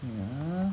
mm